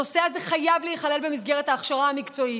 הנושא הזה חייב להיכלל במסגרת ההכשרה המקצועית.